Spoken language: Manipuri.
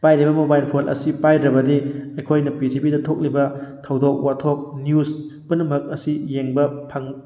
ꯄꯥꯏꯔꯤꯕ ꯃꯣꯕꯥꯏꯜ ꯐꯣꯟ ꯑꯁꯤ ꯄꯥꯏꯗ꯭ꯔꯕꯗꯤ ꯑꯩꯈꯣꯏꯅ ꯄ꯭ꯔꯤꯊꯤꯕꯤꯗ ꯊꯣꯛꯂꯤꯕ ꯊꯧꯗꯣꯛ ꯋꯥꯊꯣꯛ ꯅ꯭ꯌꯨꯖ ꯄꯨꯝꯅꯃꯛ ꯑꯁꯤ ꯌꯦꯡꯕ ꯐꯪ